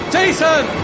Jason